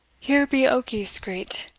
here be oakis grete,